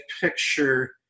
picture